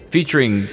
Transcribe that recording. Featuring